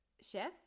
chef